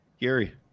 Gary